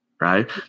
right